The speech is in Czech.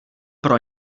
pro